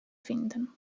finden